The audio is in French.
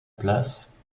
place